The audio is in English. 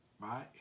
Right